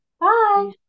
bye